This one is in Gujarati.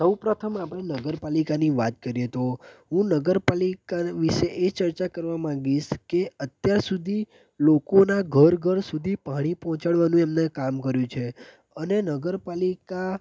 સૌ પ્રથમ આપણે નગરપાલિકાની વાત કરીએ તો હું નગરપાલિકા વિષે એ ચર્ચા કરવા માંગીશ કે અત્યાર સુધી લોકોના ઘર ઘર સુધી પાણી પહોંચાડવાનું એમણે કામ કર્યું છે અને નગરપાલિકા